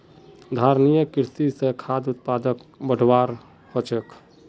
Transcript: धारणिये कृषि स खाद्य उत्पादकक बढ़ववाओ ह छेक